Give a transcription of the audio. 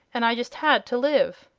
and i just had to live.